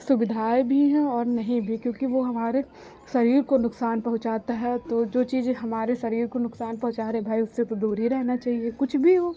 सुविधाएँ भी हैं और नहीं भी क्योंकि वह हमारे शरीर को नुकसान पहुँचाता है तो जो चीज़ हमारे शरीर को नुकसान पहुँचा रही है भाई उससे तो दूर ही रहना चाहिए कुछ भी हो